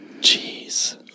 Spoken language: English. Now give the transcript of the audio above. Jeez